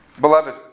Beloved